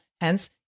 hence